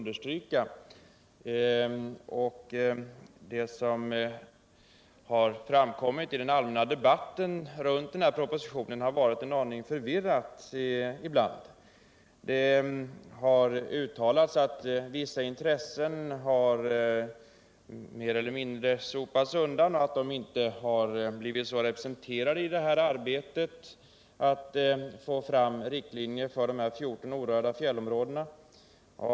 Det som framkommit i den allmänna debatten kring denna proposition 41 har varit en aning förvirrat ibland. Det har uttalats att vissa intressen mer eller mindre sopats undan och inte blivit representerade i arbetet på att få fram riktlinjer för dessa 14 orörda fjällområden.